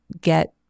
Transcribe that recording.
get